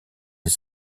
des